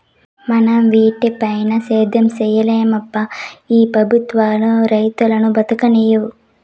మన మిటపైన సేద్యం సేయలేమబ్బా ఈ పెబుత్వాలు రైతును బతుకనీవు